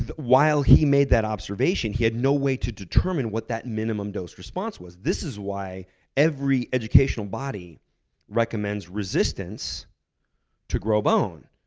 while he made that observation, he had no way to determine what that minimum dose response was. this is why every educational body recommends resistance to grow bone.